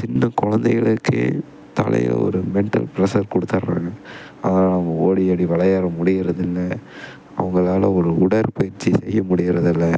சின்ன கொழந்தைகளுக்கே தலையில் ஒரு மெண்டல் ஃப்ரெஷர் கொடுத்துடுறாங்க அதனாலே அவங்க ஓடியாடி விளையாட முடியிறது இல்லை அவங்களால ஒரு உடற்பயிற்சி செய்ய முடியறது இல்லை